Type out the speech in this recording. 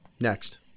Next